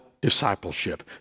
discipleship